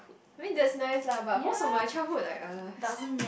I mean that's nice lah but most of much childhood like us